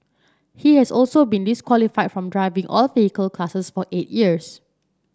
he has also been disqualified from driving all vehicle classes for eight years